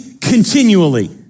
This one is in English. continually